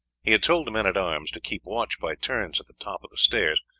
he had told the men-at-arms to keep watch by turns at the top of the stairs,